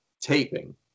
taping